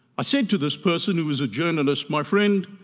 i said to this person who was a journalist, my friend,